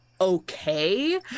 okay